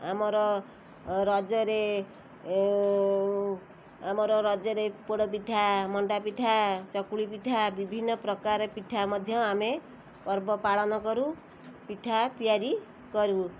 ଆମର ରଜରେ ଆମର ରଜରେ ପୋଡ଼ପିଠା ମଣ୍ଡାପିଠା ଚକୁଳିପିଠା ବିଭିନ୍ନ ପ୍ରକାର ପିଠା ମଧ୍ୟ ଆମେ ପର୍ବ ପାଳନ କରୁ ପିଠା ତିଆରି କରୁ